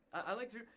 i'd like to.